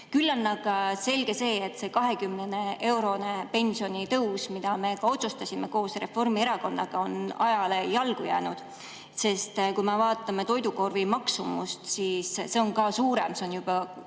Samas on selge, et see 20-eurone pensionitõus, mille me otsustasime koos Reformierakonnaga, on ajale jalgu jäänud. Kui me vaatame toidukorvi maksumust, siis see on ka suurem. See on juba